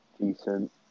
decent